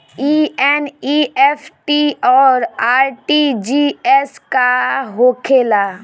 ई एन.ई.एफ.टी और आर.टी.जी.एस का होखे ला?